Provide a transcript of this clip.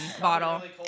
bottle